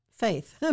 Faith